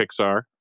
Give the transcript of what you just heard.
pixar